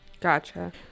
Gotcha